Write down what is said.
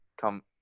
come